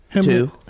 Two